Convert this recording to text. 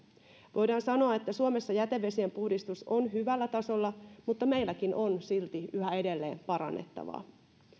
voidaan sanoa että suomessa jätevesien puhdistus on hyvällä tasolla mutta meilläkin on silti yhä edelleen parannettavaa